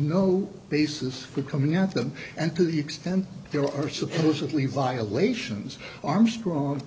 no basis for coming at them and to the extent there are supposedly violations armstrong